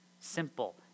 simple